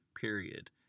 period